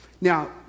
Now